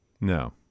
No